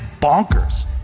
bonkers